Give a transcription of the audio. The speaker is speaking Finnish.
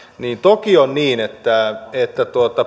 niin toki on niin että että